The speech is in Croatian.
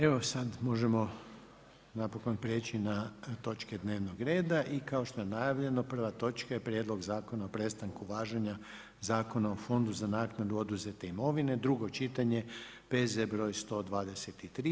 Evo sada možemo napokon preći na točke dnevnog reda i kao što je najavljeno, prva točka je: - Prijedlog zakona o prestanku važenja Zakona o fondu za naknadu oduzete imovine, drugo čitanje, P.Z. br. 123.